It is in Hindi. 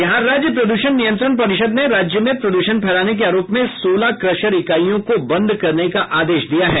बिहार राज्य प्रदूषण नियंत्रण परिषद ने राज्य में प्रदूषण फैलाने के आरोप में सोलह क्रशर इकाईयों को बंद करने का आदेश दिया है